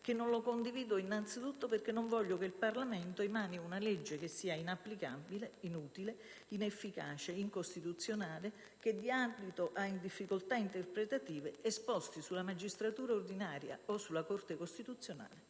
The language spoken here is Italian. che non lo condivido innanzitutto perché non voglio che il Parlamento emani una legge inapplicabile, inutile, inefficace ed incostituzionale, che dia adito a difficoltà interpretative e sposti sulla magistratura ordinaria o sulla Corte costituzionale